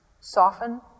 soften